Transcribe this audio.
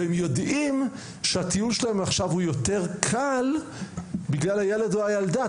והם יודעים שהטיול שלהם הוא עכשיו הוא יותר קל בגלל הילד או הילדה,